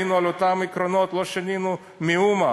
היינו עם אותם עקרונות, לא שינינו מאומה.